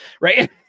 right